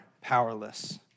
powerless